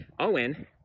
Owen